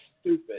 stupid